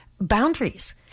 boundaries